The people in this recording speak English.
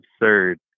absurd